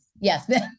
Yes